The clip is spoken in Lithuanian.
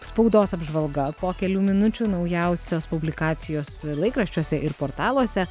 spaudos apžvalga po kelių minučių naujausios publikacijos laikraščiuose ir portaluose